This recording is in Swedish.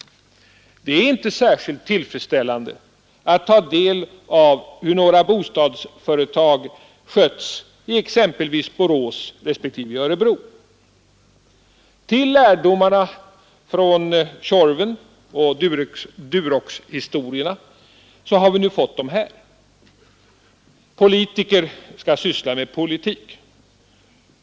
Det är inte särskilt tillfredsställande att ta del av hur några bostadsföretag skötts exempelvis i Borås respektive i Örebro. Till lärdomarna från Tjorven och Duroxhistorierna har vi nu fått de här. Politiker skall syssla med politik.